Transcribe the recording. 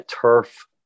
turf